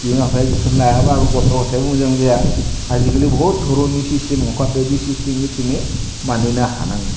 बिमा बिफाया जोथोन लायाब्ला गथ' गथाइआबो मोजां जाया आजिखालि बहुद धरननि सिसटेम ओंखारदो सिसटेमैनो मानिनो हानांगोन